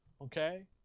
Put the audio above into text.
Okay